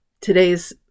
Today's